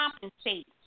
compensate